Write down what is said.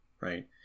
right